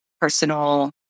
personal